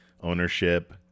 Ownership